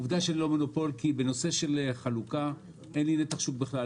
עובדה שאני לא מונופול כי בנושא של חלוקה אין לי נתח שוק בכלל,